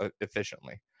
efficiently